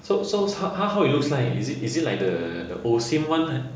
so so is how how how it looks like eh is it like the Osim [one]